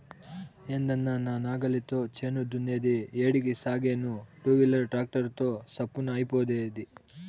ఏందన్నా నా నాగలితో చేను దున్నేది ఏడికి సాగేను టూవీలర్ ట్రాక్టర్ తో చప్పున అయిపోతాది